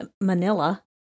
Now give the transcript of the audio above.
manila